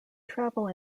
travel